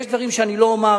יש דברים שאני לא אומר,